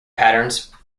patterns